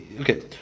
okay